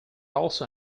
also